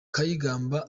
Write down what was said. kayigamba